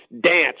dance